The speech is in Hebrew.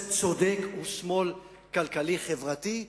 האמת היא שג'ומס צודק, הוא שמאל כלכלי-חברתי.